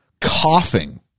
coughing